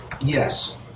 Yes